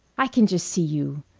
i can just see you,